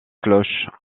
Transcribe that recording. cloches